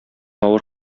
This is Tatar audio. авыр